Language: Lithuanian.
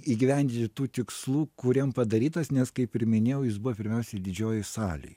įgyvendinti tų tikslų kuriem padarytas nes kaip ir minėjau jis buvo pirmiausiai didžiojoj salėj